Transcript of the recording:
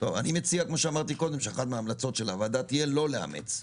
אני מציע שאחת ההמלצות של הוועדה תהיה לא לאמץ.